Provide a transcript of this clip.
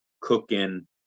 cooking